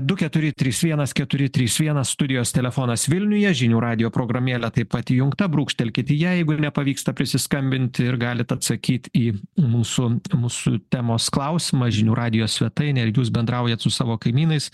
du keturi trys vienas keturi trys vienas studijos telefonas vilniuje žinių radijo programėle taip pat įjungta brūkštelkit į ją jeigu ir nepavyksta prisiskambinti ir galit atsakyti į mūsų an mūsų temos klausimas žinių radijo svetainėje ar jūs bendraujat su savo kaimynais